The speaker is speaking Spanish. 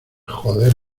joder